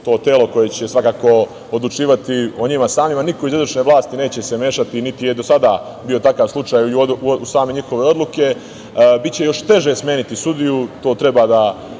koje će svakako odlučivati o njima samima. Niko iz izvršne vlasti neće se mešati, niti je do sada bio takav slučaj, u same njihove odluke. Biće još teže smeniti sudiju, to treba da